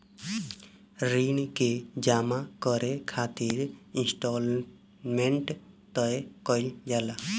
ऋण के जामा करे खातिर इंस्टॉलमेंट तय कईल जाला